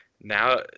now